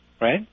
right